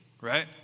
right